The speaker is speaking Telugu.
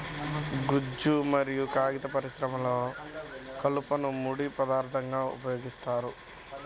గుజ్జు మరియు కాగిత పరిశ్రమలో కలపను ముడి పదార్థంగా ఉపయోగిస్తున్నారు